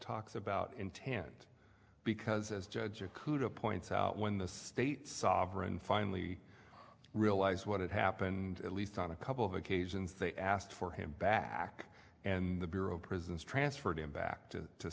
talks about intent because as judge or khuda points out when the state sovereign finally realized what had happened at least on a couple of occasions they asked for him back and the bureau of prisons transferred him back to t